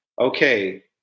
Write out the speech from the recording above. Okay